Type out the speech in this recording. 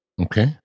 Okay